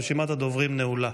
רשימת הדוברים נעולה.